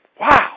Wow